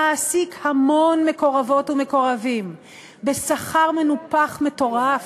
להעסיק המון מקורבות ומקורבים בשכר מנופח מטורף